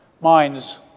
minds